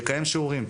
לקיים שיעורים.